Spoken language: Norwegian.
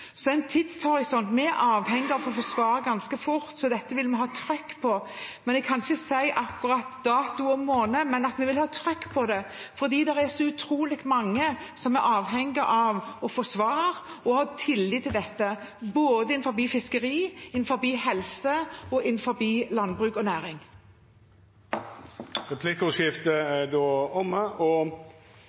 så dette vil vi ha trykk på. Jeg kan ikke si akkurat dato og måned, men at vi vil ha trykk på det, fordi det er så utrolig mange som er avhengige av å få svar og ha tillit til dette, både innenfor fiskeri, innenfor helse og innenfor landbruk og næring. Replikkordskiftet er omme. Bakgrunnen for at jeg tar ordet, er at næringskomiteen i sin innstilling har inkludert blå sektor, og